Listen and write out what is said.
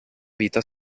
vita